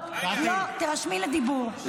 תירשמי לדיבור, לא.